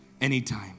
anytime